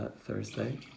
thursday